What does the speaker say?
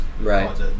Right